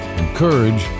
encourage